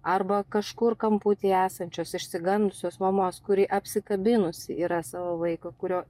arba kažkur kamputyje esančios išsigandusios mamos kuri apsikabinusi yra savo vaiką kurio